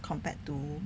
compared to